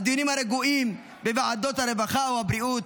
הדיונים הרגועים בוועדות הרווחה ובריאות.